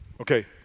Okay